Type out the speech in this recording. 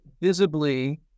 visibly